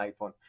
iphone